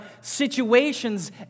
situations